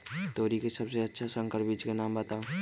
तोरी के सबसे अच्छा संकर बीज के नाम बताऊ?